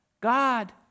God